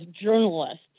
journalists